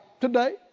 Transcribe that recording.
today